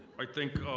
i think,